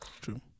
true